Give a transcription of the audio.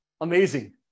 Amazing